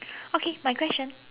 okay my question